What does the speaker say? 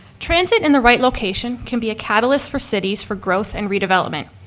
transit in the right location can be a catalyst for cities for growth and redevelopment.